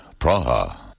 Praha